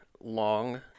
long